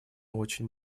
очень